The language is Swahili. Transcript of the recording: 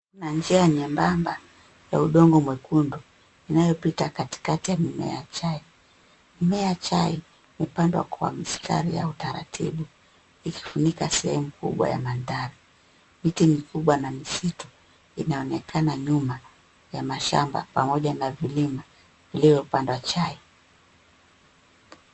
Kuna njia nyembamba ya udongo mwekundu inayopita katikati ya mimea ya chai. Mimea ya chai hupandwa kwa mstari au utaratibu ikifunika sehemu kubwa ya mandhari. Miti mikubwa na misitu inaonekana nyuma ya mashamba pamoja na vilima vilivyopandwa chai.